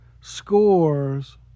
scores